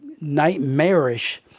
nightmarish